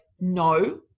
no